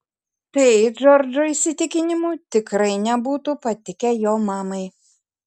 tai džordžo įsitikinimu tikrai nebūtų patikę jo mamai